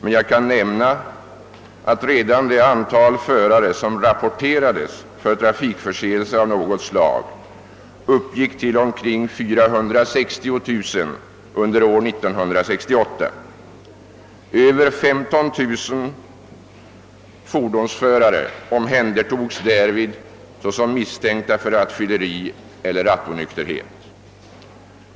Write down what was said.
Jag kan dock nämna att redan det antal förare som rapporterades för trafikförseelse av något slag uppgick till omkring 460 000 under år 1968. över 15 000 fordonsförare omhändertogs därvid som misstänkta för rattfylleri eller rattonykterhet.